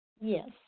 Yes